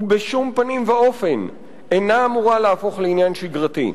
ובשום פנים ואופן אינה אמורה להפוך לעניין שגרתי.